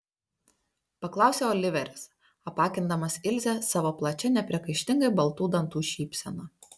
paklausė oliveris apakindamas ilzę savo plačia nepriekaištingai baltų dantų šypsena